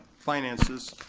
finances,